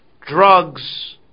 drugs